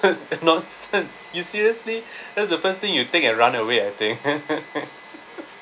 nonsense you seriously that's the first thing you take and run away I think